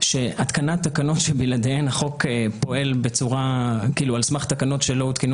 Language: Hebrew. שהתקנת תקנות בלעדיהן החוק פועל על סמך תקנות שלא הותקנו